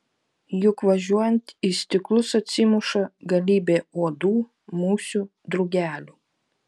juk važiuojant į stiklus atsimuša galybė uodų musių drugelių